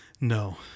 No